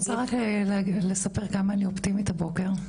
כן, אני רוצה לספר כמה אני אופטימית הבוקר.